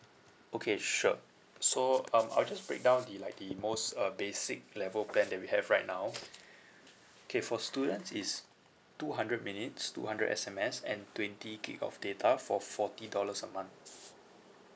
okay sure so um I'll just break down the like the most uh basic level plan that we have right now okay for students it's two hundred minutes two hundred S_M_S and twenty gig of data for forty dollars a month